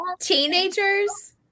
Teenagers